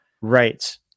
Right